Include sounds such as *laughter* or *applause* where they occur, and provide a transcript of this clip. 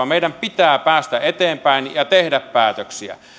*unintelligible* meidän pitää päästä eteenpäin ja tehdä päätöksiä